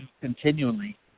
continually